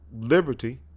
liberty